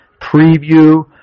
preview